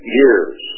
years